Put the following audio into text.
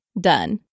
done